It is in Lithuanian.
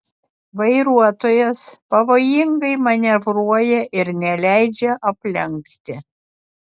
vairuotojas pavojingai manevruoja ir neleidžia aplenkti